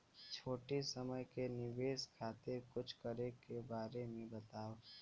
छोटी समय के निवेश खातिर कुछ करे के बारे मे बताव?